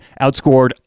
outscored